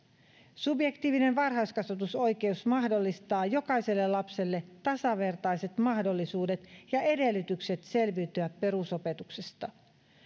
subjektiivinen varhaiskasvatusoikeus mahdollistaa jokaiselle lapselle tasavertaiset mahdollisuudet ja edellytykset selviytyä perusopetuksesta